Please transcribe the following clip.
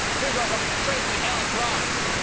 please welcome tracee ellis ross!